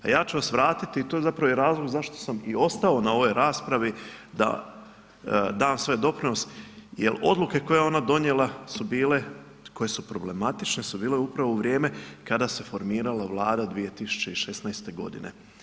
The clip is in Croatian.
A ja ću vas vratiti, to je zapravo zašto sam i ostao na ovoj raspravi da dam svoj doprinos jer odluke koje je ona donijela su bile, koje su problematične, su bile upravo u vrijeme kada se formirala Vlada 2016. godine.